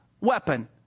weapon